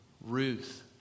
Ruth